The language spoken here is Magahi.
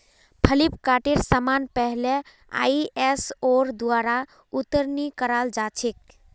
फ्लिपकार्टेर समान पहले आईएसओर द्वारा उत्तीर्ण कराल जा छेक